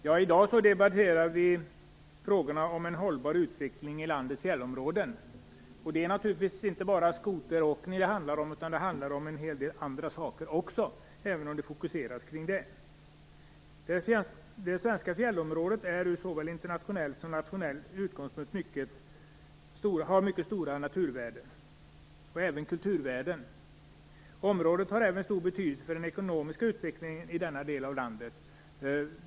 Fru talman! I dag debatterar vi frågorna om en hållbar utveckling i landets fjällområden. Det är naturligtvis inte bara skoteråkning det handlar om. Det handlar om en hel del andra saker också, även om vi fokuserar på skotrarna. Det svenska fjällområdet har ur såväl internationell som nationell utgångspunkt mycket stora naturvärden och även kulturvärden. Området har även stor betydelse för den ekonomiska utvecklingen i denna del av landet.